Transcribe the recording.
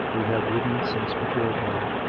we have ridden since before dawn.